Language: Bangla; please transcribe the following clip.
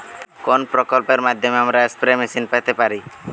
কোন প্রকল্পের মাধ্যমে আমরা স্প্রে মেশিন পেতে পারি?